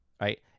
Right